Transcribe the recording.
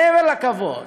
מעבר לכבוד,